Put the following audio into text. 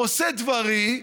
עושה דברי,